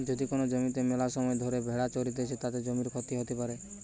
যদি কোন জমিতে মেলাসময় ধরে ভেড়া চরতিছে, তাতে জমির ক্ষতি হতে পারে